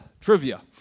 trivia